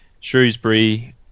Shrewsbury